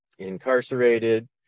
Incarcerated